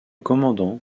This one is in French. commandant